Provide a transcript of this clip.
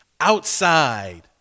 outside